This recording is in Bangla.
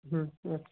হুম ওকে